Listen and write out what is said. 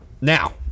Now